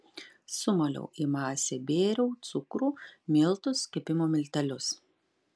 sumaliau į masę bėriau cukrų miltus kepimo miltelius